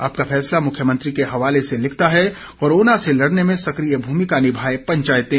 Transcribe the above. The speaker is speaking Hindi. आपका फैसला मुख्यमंत्री के हवाले से लिखता है कोरोना से लड़ने में सक्रिय भूमिका निभाएं पंचायतें